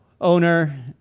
owner